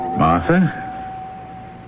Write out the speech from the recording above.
Martha